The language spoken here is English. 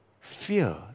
Fear